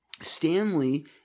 Stanley